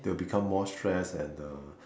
they will become more stress and uh